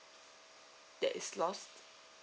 that is lost